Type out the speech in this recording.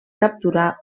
capturar